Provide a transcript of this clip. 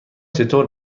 چطور